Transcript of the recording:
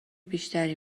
بیشتری